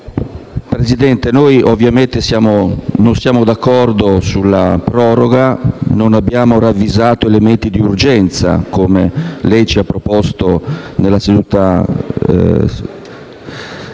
Presidente, noi non siamo d'accordo sulla proroga e non abbiamo ravvisato elementi di urgenza, come da lei proposti nella seduta